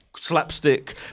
Slapstick